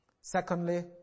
Secondly